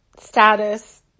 status